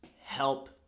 help